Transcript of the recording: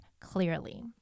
clearly